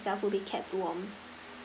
yourself would be kept warm